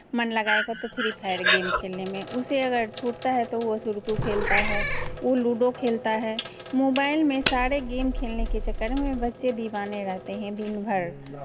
मन लगाएगा तो फ्री फायर गेम खेलने में उसे अगर छूटता है तो वो सुडोकू खेलता है वो लूडो खेलता है मोबाइल में सारे गेम खेलने के चक्कर में बच्चे दीवाने रहते हैं दिनभर